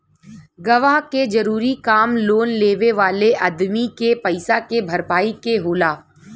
गवाह के जरूरी काम लोन लेवे वाले अदमी के पईसा के भरपाई के होला